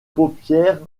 paupières